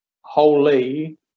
holy